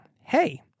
hey